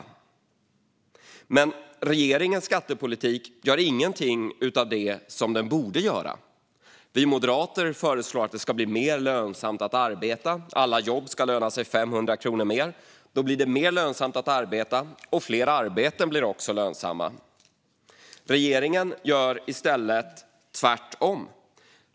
Regeringens skattepolitik gör ingenting av det den borde göra. Vi moderater föreslår att det ska bli mer lönsamt att arbeta och att alla jobb ska löna sig med 500 kronor mer. Då blir det mer lönsamt att arbeta, och fler arbeten blir också lönsamma. Regeringen gör i stället tvärtom.